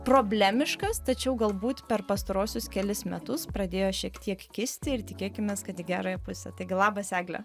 problemiškas tačiau galbūt per pastaruosius kelis metus pradėjo šiek tiek kisti ir tikėkimės kad į gerąją pusę taigi labas egle